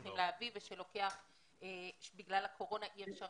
צריכים להביא ושבגלל הקורונה אי אפשר